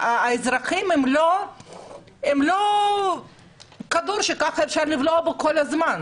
האזרחים הם לא כדור שאפשר לכדרר אותו כל הזמן.